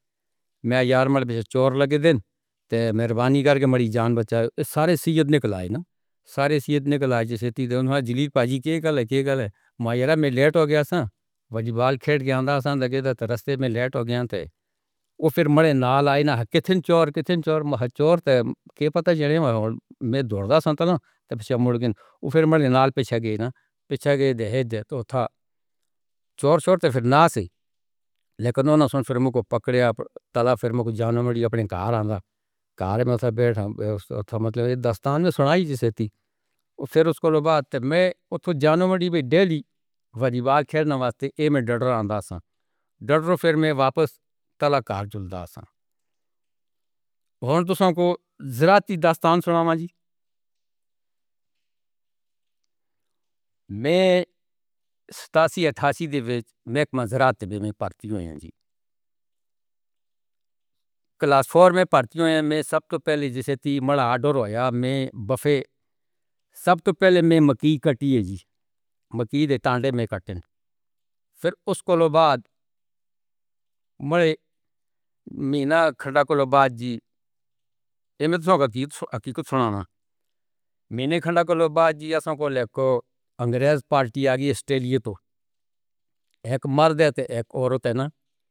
میں یار چور لگے تھے، مہربانی کر کے بڑی جان بچائی، سارے سییت نکل آئے نا، سارے سییت نکل آئے۔ ذلیل پاجی کے گلے کے گلے میں لیٹ ہو گیا، سر وجیبال کے اندھا اشا میں لیٹ ہو گیا تھے اور پھر مرے نال آئے نا، کتھین چور کتھین چور؟ میں تو تھا چور، چور تو پھر نہ سی۔ وریوا خیر نمستے اے، میں ڈڈورام داس ڈڈورو، پھر میں واپس تلکار جھلدا سا کو ذرا تی داستان سناما جی، میں کلاس فور میں پارٹی میں سب تو پہلے جیسی تھی ملاد، رويا میں بفے، سب تو پہلے میں مکھی کٹی ہے جی، مکھی دے تانڈے میں کٹتے، پھر اس کو لو باد۔ کو سنانا، میں نے کھنڈا کولوبا جی، ایسا کولے کو انگریز پارٹی آ گئی۔ سٹے لئے تو اک مر دیتے، اک عورت ہے نا؟